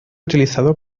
utilizado